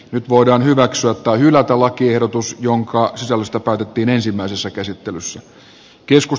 nyt voidaan hyväksyä tai hylätä lakiehdotus jonka sisällöstä päätettiin ensimmäisessä käsittelyssä